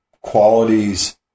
qualities